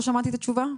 לא שמעתי את התשובה.